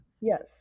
Yes